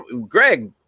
Greg